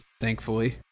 Thankfully